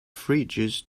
fridges